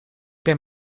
ben